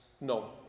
No